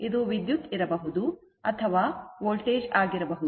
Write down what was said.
ಇದು ವಿದ್ಯುತ್ ಇರಬಹುದು ಅಥವಾ ವೋಲ್ಟೇಜ್ ಆಗಿರಬಹುದು